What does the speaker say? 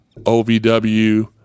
OVW